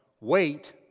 wait